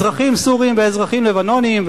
אזרחים סורים ואזרחים לבנונים,